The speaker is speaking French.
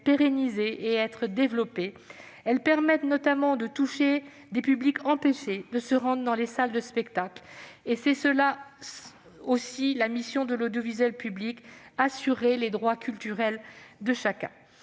et développées. Elles permettent notamment de toucher des publics empêchés de se rendre dans les salles de spectacle. C'est cela aussi, la mission de l'audiovisuel public : assurer le respect des droits culturels de chacun.